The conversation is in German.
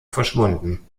verschwunden